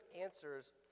answers